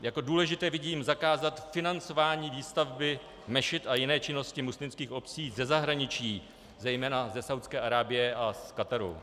Jako důležité vidím zakázat financování výstavby mešit i jiné činnosti muslimských obcí ze zahraničí, zejména ze Saúdské Arábie a Kataru.